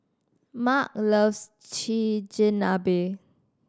Marc loves Chigenabe